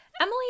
Emily